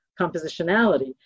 compositionality